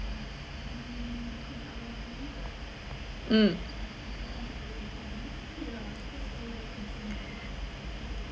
mm